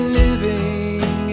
living